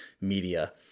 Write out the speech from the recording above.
Media